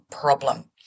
problem